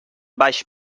baix